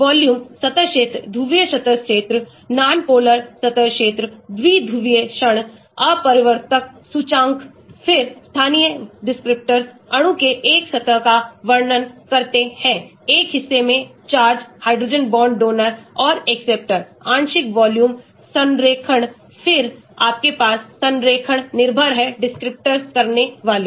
volume सतह क्षेत्र ध्रुवीय सतह क्षेत्र नॉनपोलर सतह क्षेत्र द्विध्रुवीय क्षण अपवर्तक सूचकांक फिर स्थानीय विवरणकर्ता अणु के एक हिस्से का वर्णन करते हैं एक हिस्से में चार्ज हाइड्रोजन बांड डोनर और एक्सेप्टर आंशिक वॉल्यूम संरेखण फिर आपके पास संरेखण निर्भर है descriptors करने वाले